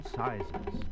sizes